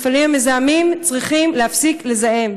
המפעלים המזהמים צריכים להפסיק לזהם.